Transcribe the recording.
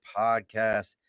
podcast